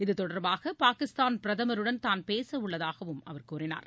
இதுதொடர்பாக பாகிஸ்தான் பிரதமருடன் தான் பேச உள்ளதாகவும் அவர் கூறினார்